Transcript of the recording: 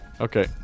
Okay